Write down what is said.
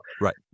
Right